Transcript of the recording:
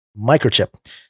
Microchip